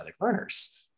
learners